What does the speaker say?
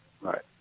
Right